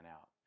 out